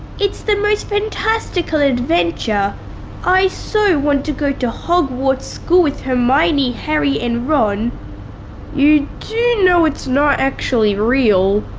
it's the most fantastical adventure i so want to go to hogwarts school with hermione, harry and ron you do know it's not actually real?